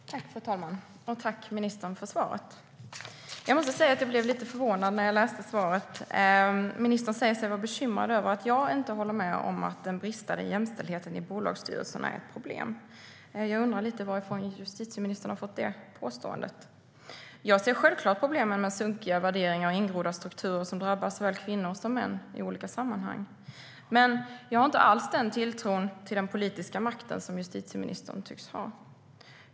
Fru talman! Jag tackar ministern för svaret. Jag måste säga att jag blev lite förvånad när jag läste det. Ministern säger sig vara bekymrad över att jag inte håller med om att den bristande jämställdheten i bolagsstyrelserna är ett problem. Jag undrar varifrån justitieministern har fått det påståendet. Jag ser självklart problemen med sunkiga värderingar och ingrodda strukturer som drabbar såväl kvinnor som män i olika sammanhang. Men jag har inte alls den tilltro till den politiska makten som justitieministern tycks ha.